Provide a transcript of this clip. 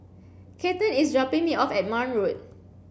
Cathern is dropping me off at Marne Road